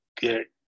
get